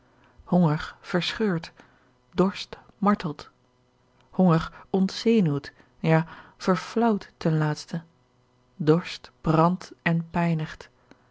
honger verscheurt dorst martelt honger ontzenuwt ja verflaauwt ten laatste dorst brandt en pijnigt